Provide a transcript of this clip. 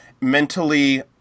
mentally